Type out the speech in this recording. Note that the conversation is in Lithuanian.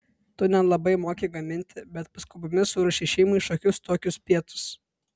tu nelabai moki gaminti bet paskubomis suruošei šeimai šiokius tokius pietus